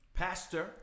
Pastor